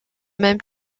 même